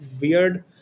weird